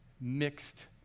mixed